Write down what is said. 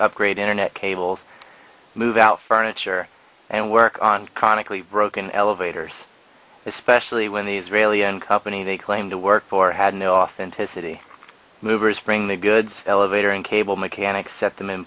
upgrade internet cables move out furniture and work on chronically broken elevators especially when the israeli and company they claim to work for had no authenticity movers bring the goods elevator and cable mechanics set them in